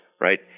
right